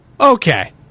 Okay